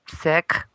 sick